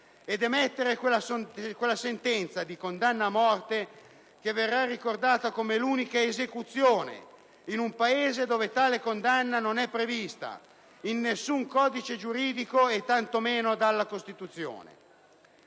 ad emettere quella sentenza di condanna a morte che verrà ricordata come l'unica esecuzione in un Paese in cui tale condanna non è prevista da alcun codice giuridico, tanto meno della Costituzione.